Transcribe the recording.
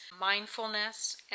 mindfulness